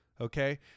Okay